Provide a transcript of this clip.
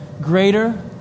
greater